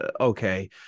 okay